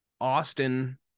Austin